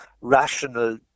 rational